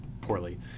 poorly